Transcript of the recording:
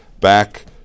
back